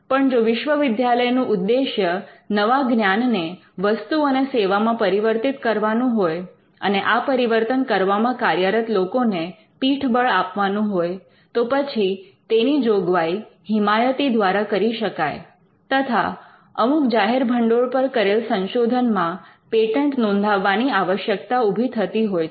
પણ જો વિશ્વવિદ્યાલયનું ઉદ્દેશ્ય નવા જ્ઞાનને વસ્તુ અને સેવામાં પરિવર્તિત કરવાનું હોય અને આ પરિવર્તન કરવામાં કાર્યરત લોકોને પીઠબળ આપવાનું હોય તો પછી તેની જોગવાઈ હિમાયતી દ્વારા કરી શકાય તથા અમુક જાહેર ભંડોળ પર કરેલ સંશોધનમાં પેટન્ટ નોંધાવવાની આવશ્યકતા ઉભી થતી હોય છે